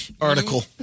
article